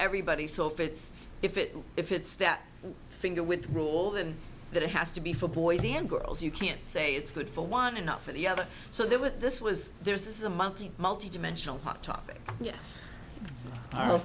everybody soffits if it if it's that finger with raul than that it has to be for boys and girls you can't say it's good for one and not for the other so there with this was there is a multi multi dimensional hot topic yes